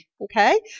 okay